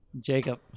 Jacob